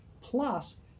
plus